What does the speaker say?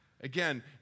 again